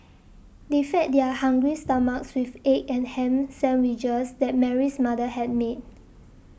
they fed their hungry stomachs with egg and ham sandwiches that Mary's mother had made